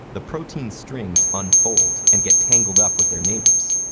the protein strings unfold and get tangled up with their neighbors.